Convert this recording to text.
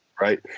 right